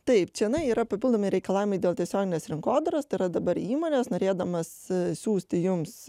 taip čionai yra papildomi reikalavimai dėl tiesioginės rinkodaros tai yra dabar įmonės norėdamos siųsti jums